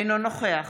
אינו נוכח